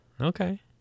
Okay